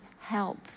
help